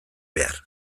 behar